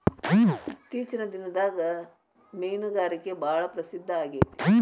ಇತ್ತೇಚಿನ ದಿನದಾಗ ಮೇನುಗಾರಿಕೆ ಭಾಳ ಪ್ರಸಿದ್ದ ಆಗೇತಿ